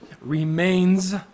remains